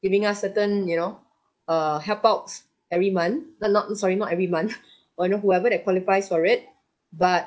giving us certain you know err help outs every month uh not sorry not every month or you know whoever that qualifies for it but